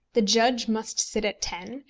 the judge must sit at ten,